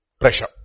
Pressure